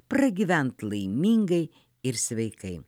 pragyventi laimingai ir sveikai